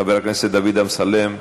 חבר הכנסת דוד אמסלם,